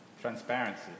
Transparency